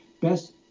Best